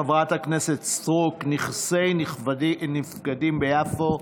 של חברת הכנסת סטרוק: נכסי נפקדים ביפו.